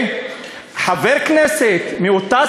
חבר כנסת מאותה